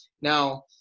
now